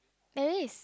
and then is